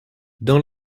dans